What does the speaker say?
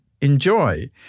enjoy